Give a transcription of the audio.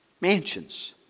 mansions